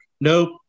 Nope